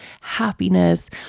happiness